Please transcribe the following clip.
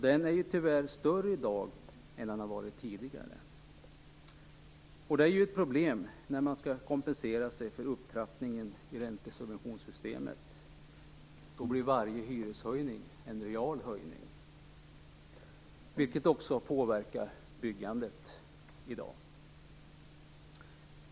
Den är tyvärr högre i dag än tidigare. Det är ett problem när man skall kompensera sig för upptrappningen i räntesubventionssystemet. Då blir varje hyreshöjning en real höjning, vilket också påverkar byggandet i dag.